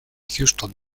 houston